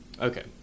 Okay